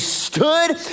stood